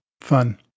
fun